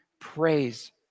praise